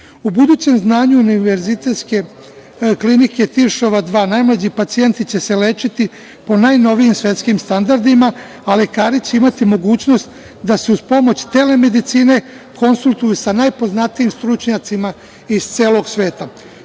budućem znanju Univerzitetske klinike Tiršova 2 najmlađi pacijenti će se lečiti po najnovijim svetskim standardima, a lekari će imati mogućnost da se uz pomoć telemedicine konsultuju sa najpoznatijim stručnjacima iz celog sveta. To